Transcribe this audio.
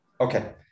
Okay